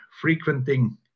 frequenting